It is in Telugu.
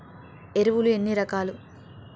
ఎరువులు ఎన్ని రకాలు?